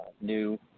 new